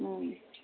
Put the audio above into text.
उम